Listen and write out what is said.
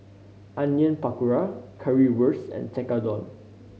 Onion Pakora Currywurst and Tekkadon